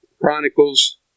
Chronicles